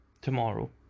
tomorrow